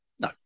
No